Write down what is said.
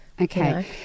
Okay